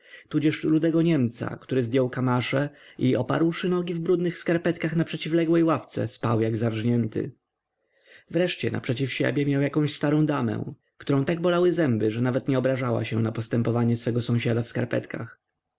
tudzież rudego niemca który zdjął kamasze i oparłszy nogi w brudnych skarpetkach na przeciwległej ławce spał jak zarżnięty wreszcie naprzeciw siebie miał jakąś starą damę którą tak bolały zęby że nawet nie obrażała się na postępowanie swego sąsiada w skarpetkach